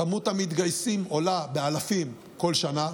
מספר המתגייסים עולה באלפים כל שנה,